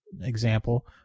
example